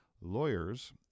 lawyers